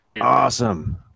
awesome